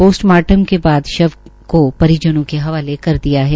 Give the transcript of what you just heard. postmortem के बाद शव को परिवारजनों के हवाले कर दिया है